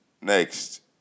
Next